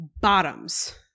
bottoms